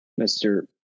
Mr